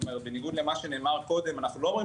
ובניגוד למה שנאמר קודם אנחנו לא אומרים